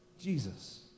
Jesus